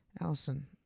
Allison